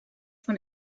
von